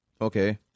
Okay